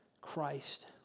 Christ